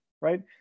right